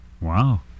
Wow